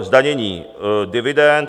Zdanění dividend.